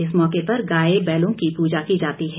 इस मौके पर गाय बैलों की पूजा की जाती है